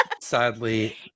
Sadly